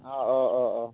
অঁ অঁ অঁ অঁ